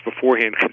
beforehand